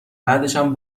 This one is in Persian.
بعدشم